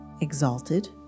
Exalted